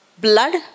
blood